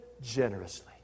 generously